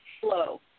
slow